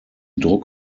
druck